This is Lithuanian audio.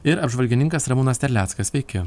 ir apžvalgininkas ramūnas terleckas sveiki